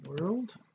world